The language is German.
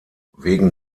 wegen